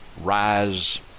rise